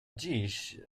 dziś